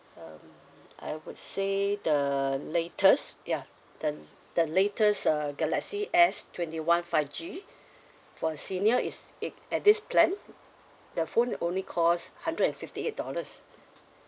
um I would say the latest ya the the latest uh galaxy S twenty one five G for a senior it's it at this plan the phone only cost hundred and fifty eight dollars